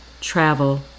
travel